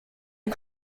die